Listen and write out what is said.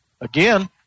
Again